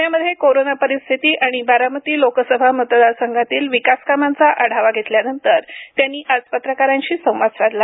पुण्यातील कोरोना परिस्थिती आणि बारामती लोकसभा मतदार संघातील विकासकामांचा आढावा घेतल्यानंतर त्यांनी आज पत्रकारांशी संवाद साधला